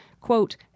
quote